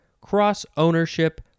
cross-ownership